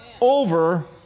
Over